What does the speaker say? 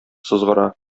сызгыра